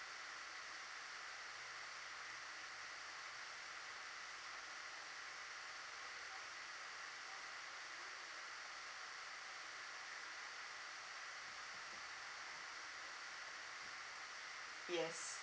yes